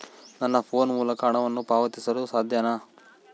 ನನ್ನ ಫೋನ್ ಮೂಲಕ ಹಣವನ್ನು ಪಾವತಿಸಲು ಸಾಧ್ಯನಾ?